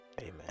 Amen